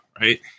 right